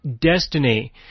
destiny